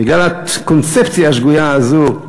בגלל הקונספציה השגויה הזאת,